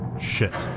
shit,